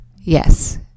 yes